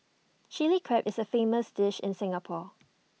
Chilli Crab is A famous dish in Singapore